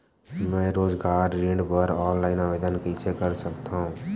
मैं रोजगार ऋण बर ऑनलाइन आवेदन कइसे कर सकथव?